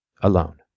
alone